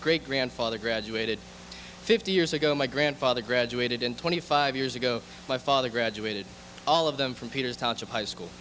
great grandfather graduated fifty years ago my grandfather graduated in twenty five years ago my father graduated all of them from peter's touch of high school